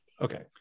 Okay